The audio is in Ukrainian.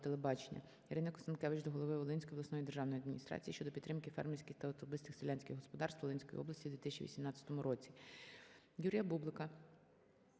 Ірини Констанкевич до голови Волинської обласної державної адміністрації щодо підтримки фермерських та особистих селянських господарств Волинської області у 2018 році.